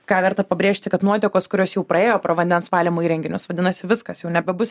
ką verta pabrėžti kad nuotekos kurios jau praėjo pro vandens valymo įrenginius vadinasi viskas jau nebebus